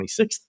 26th